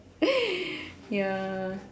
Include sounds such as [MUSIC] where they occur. [NOISE] ya